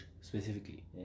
specifically